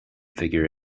figure